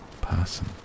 person